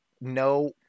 no